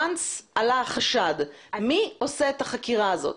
ברגע שעלה החשד, מי עושה את החקירה הזאת?